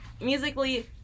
musically